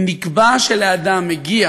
אם נקבע שלאדם מגיע